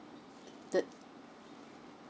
the